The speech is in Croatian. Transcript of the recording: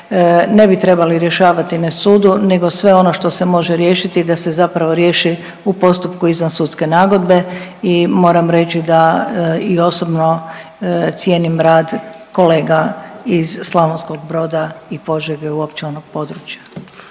ne bi trebali rješavati na sudu nego sve ono što se može riješiti da se zapravo riješi u postupku izvan sudske nagodbe i moram reći da i osobno cijenim rad kolega iz Slavonskog Broda i Požege uopće onog područja.